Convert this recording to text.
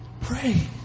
Pray